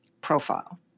profile